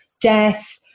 death